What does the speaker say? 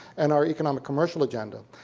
and our economic, commercial agenda.